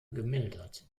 gemildert